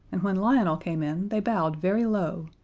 and when lionel came in they bowed very low,